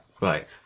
right